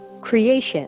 creation